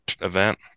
event